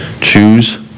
Choose